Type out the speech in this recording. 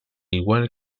igual